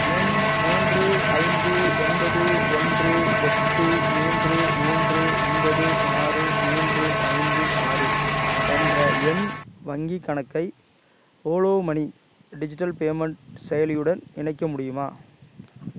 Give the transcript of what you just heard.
எண் மூன்று ஐந்து ஒன்பது ஓன்று எட்டு மூன்று மூன்று ஒன்பது ஆறு மூன்று ஐந்து ஆறு என்ற என் வங்கிக் கணக்கை ஓலா மனி டிஜிட்டல் பேமெண்ட் செயலியுடன் இணைக்க முடியுமா